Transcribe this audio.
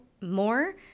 more